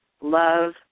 love